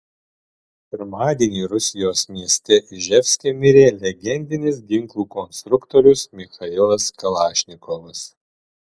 pirmadienį rusijos mieste iževske mirė legendinis ginklų konstruktorius michailas kalašnikovas